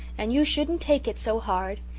and you shouldn't take it so hard.